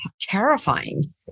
terrifying